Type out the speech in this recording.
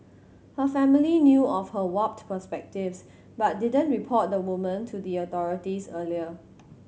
her family knew of her warped perspectives but didn't report the woman to the authorities earlier